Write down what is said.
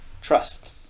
trust